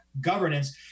governance